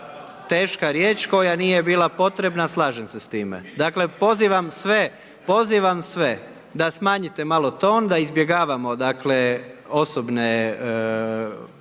teška riječ koja nije bila potrebna, slažem se s time. Dakle, pozivam sve da smanjite malo ton, da izbjegavamo dakle